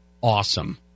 awesome